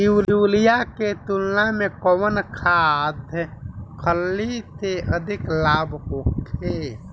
Urea के तुलना में कौन खाध खल्ली से अधिक लाभ होखे?